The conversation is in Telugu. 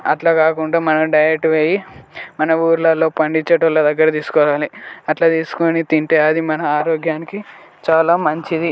అట్లా కాకుండా మనమే డైైరెక్ట్గా పోయి మన ఊర్లల్లో పండిచ్చేటి వాళ్ళ దగ్గర తీసుకోవాలి అట్లా తీసుకుని తింటే అది మన ఆరోగ్యానికి చాలా మంచిది